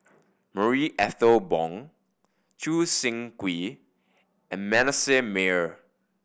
Marie Ethel Bong Choo Seng Quee and Manasseh Meyer